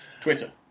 Twitter